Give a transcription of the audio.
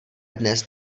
dnes